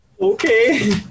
Okay